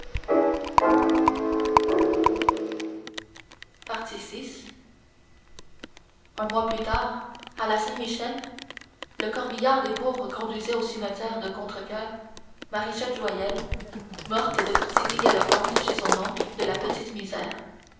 vi un mois plus tard à la saint-michel le corbillard des pauvres conduisait au cimetière de contrecoeur marichette joyelle morte de phtisie galopante chez son oncle de la petite misère